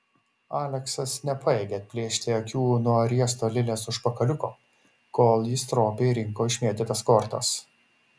aleksas nepajėgė atplėšti akių nuo riesto lilės užpakaliuko kol ji stropiai rinko išmėtytas kortas